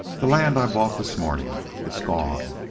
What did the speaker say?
the land i bought this morning. it is gone,